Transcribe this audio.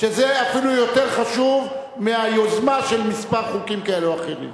שזה אפילו יותר חשוב מהיוזמה של מספר חוקים אלה או אחרים.